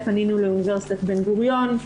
פנינו לאוניברסיטת בן-גוריון,